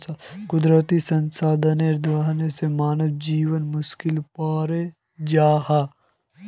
कुदरती संसाधनेर दोहन से मानव जीवन मुश्कीलोत पोरे जाहा